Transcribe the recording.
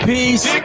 Peace